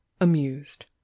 amused